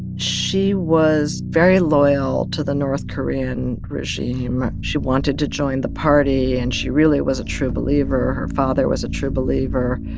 she was very loyal to the north korean regime. she wanted to join the party. and she really was a true believer. her father was a true believer.